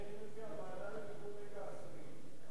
אני מציע, הוועדה למיגור נגע הסמים.